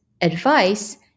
advice